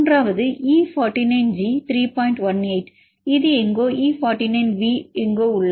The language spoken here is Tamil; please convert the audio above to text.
18 இது எங்கோ E49V எங்கோ உள்ளது